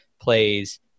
plays